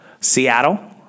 Seattle